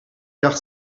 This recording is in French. car